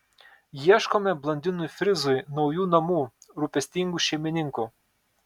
ieškome blondinui frizui naujų namų rūpestingų šeimininkų